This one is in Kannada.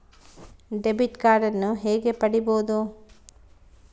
ಡೆಬಿಟ್ ಕಾರ್ಡನ್ನು ಹೇಗೆ ಪಡಿಬೋದು?